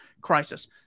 crisis